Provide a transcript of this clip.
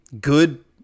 good